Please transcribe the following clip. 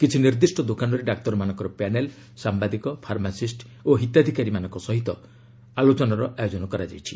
କିଛି ନିର୍ଦ୍ଦିଷ୍ଟ ଦୋକାନରେ ଡାକ୍ତରମାନଙ୍କ ପ୍ୟାନେଲ୍ ସାମ୍ବାଦିକ ଫାର୍ମାସିଷ୍ଟ ଓ ହିତାଧିକାରୀମାନଙ୍କ ସହ ଆଲୋଚନାର ଆୟୋଜନ କରାଯାଇଛି